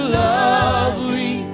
lovely